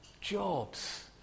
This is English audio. jobs